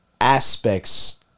aspects